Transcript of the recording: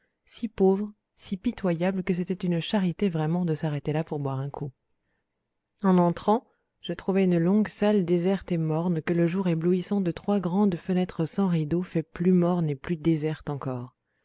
si pauvre si pitoyable que c'était une charité vraiment de s'arrêter là pour boire un coup en entrant je trouvai une longue salle déserte et morne que le jour éblouissant de trois grandes fenêtres sans rideaux fait plus morne et plus déserte encore